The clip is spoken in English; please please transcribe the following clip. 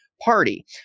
party